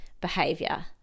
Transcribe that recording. behavior